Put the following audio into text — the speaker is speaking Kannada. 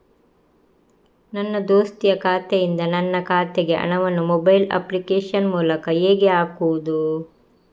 ನನ್ನ ದೋಸ್ತಿಯ ಖಾತೆಯಿಂದ ನನ್ನ ಖಾತೆಗೆ ಹಣವನ್ನು ಮೊಬೈಲ್ ಅಪ್ಲಿಕೇಶನ್ ಮೂಲಕ ಹೇಗೆ ಹಾಕುವುದು?